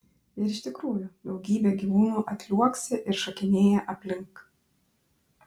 ir iš tikrųjų daugybė gyvūnų atliuoksi ir šokinėja aplink